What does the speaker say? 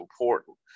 important